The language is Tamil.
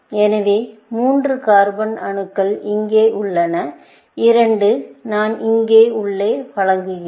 எனவே 3 கார்பன் அணுக்கள் இங்கே உள்ளன 2 நான் இங்கே உள்ளே வாங்குகிறேன்